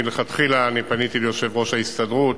מלכתחילה פניתי ליושב-ראש ההסתדרות,